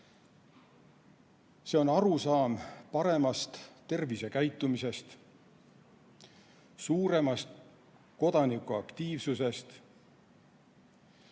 See tähendab arusaama paremast tervisekäitumisest, suuremat kodanikuaktiivsust